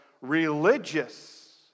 religious